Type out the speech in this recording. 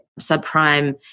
Subprime